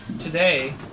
today